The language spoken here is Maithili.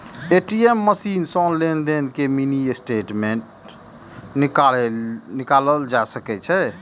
ए.टी.एम मशीन सं लेनदेन के मिनी स्टेटमेंट निकालल जा सकै छै